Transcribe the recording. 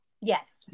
Yes